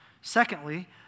Secondly